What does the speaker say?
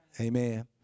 Amen